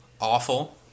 awful